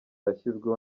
yashyizweho